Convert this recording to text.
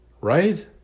right